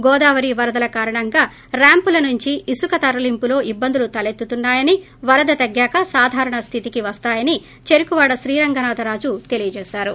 గోదావరి వరదల కారణంగా ర్యాంపులనుంచి ఇసుక తరలింపులో ఇట్పందులు తలెత్తుతున్నాయని వరద తగ్గాక సాధారణ స్వితికి వస్తాయని చెఱకువాడ శ్రీరంగనాధ రాజు తెలియచేశారు